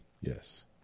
Yes